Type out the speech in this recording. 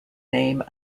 name